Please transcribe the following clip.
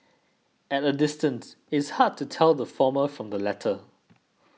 at a distance it's hard to tell the former from the latter